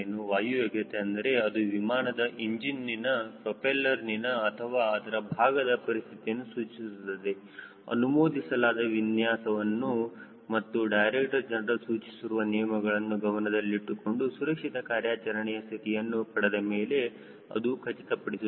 ವಾಯು ಯೋಗ್ಯತೆ ಎಂದರೆ ಅದು ವಿಮಾನದ ಇಂಜಿನ್ನಿನ ಪ್ರೊಪೆಲ್ಲರ್ನಿನ ಅಥವಾ ಅದರ ಭಾಗದ ಪರಿಸ್ಥಿತಿಯನ್ನು ಸೂಚಿಸುತ್ತದೆ ಅನುಮೋದಿಸಲಾದ ವಿನ್ಯಾಸವನ್ನು ಮತ್ತು ಡೈರೆಕ್ಟರ್ ಜನರಲ್ ಸೂಚಿಸಿರುವ ನಿಯಮಗಳನ್ನು ಗಮನದಲ್ಲಿಟ್ಟುಕೊಂಡು ಸುರಕ್ಷಿತ ಕಾರ್ಯಾಚರಣೆಯ ಸ್ಥಿತಿಯನ್ನು ಪಡೆದಮೇಲೆ ಅದು ಖಚಿತಪಡಿಸುತ್ತದೆ